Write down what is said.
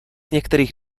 některých